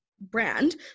brand